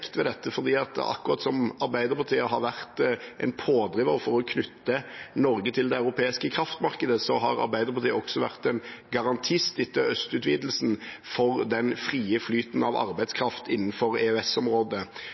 ved dette, for akkurat som Arbeiderpartiet har vært en pådriver til å knytte Norge til det europeiske kraftmarkedet, har Arbeiderpartiet også vært en garantist, etter østutvidelsen, for den frie flyten av